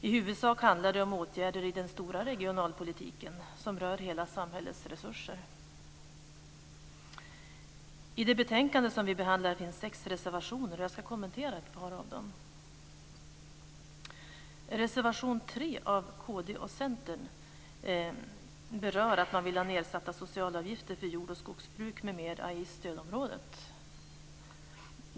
I huvudsak handlar det om åtgärder i den stora regionalpolitiken som rör hela samhällets resurser. I det betänkande som vi behandlar finns sex reservationer. Jag ska kommentera ett par av dem. Reservation 3 av Kristdemokraterna och Centern berör att man vill ha nedsatta socialavgifter för jordoch skogsbruk m.m. i stödområdet.